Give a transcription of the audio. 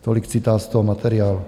Tolik citát z toho materiálu.